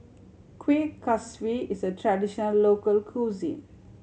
Kueh Kaswi is a traditional local cuisine